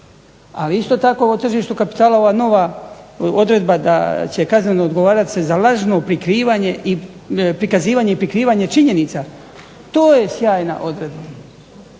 Ali isto tako ovo tržištu kapitala, ova nova odredba da će kazneno odgovarati se za lažno prikrivanje i, prikazivanje i prikrivanje činjenica. To je sjajna odredba.